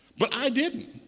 but i didn't.